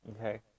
Okay